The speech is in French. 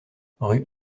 rue